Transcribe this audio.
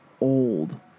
old